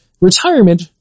retirement